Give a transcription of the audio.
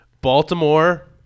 Baltimore